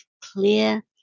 clear